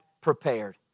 prepared